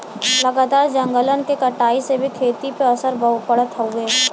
लगातार जंगलन के कटाई से भी खेती पे असर पड़त हउवे